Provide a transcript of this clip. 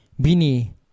bini